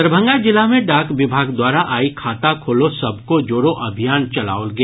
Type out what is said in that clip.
दरभंगा जिला मे डाक विभाग द्वारा आइ खाता खोलो सबको जोड़ो अभियान चलाओल गेल